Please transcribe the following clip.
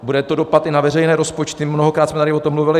Budo to dopad i na veřejné rozpočty, mnohokrát jsme tady o tom mluvili.